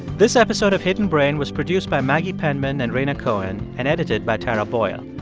this episode of hidden brain was produced by maggie penman and rhaina cohen and edited by tara boyle.